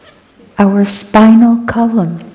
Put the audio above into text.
our spinal column,